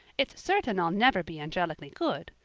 it's certain i'll never be angelically good.